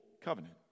covenant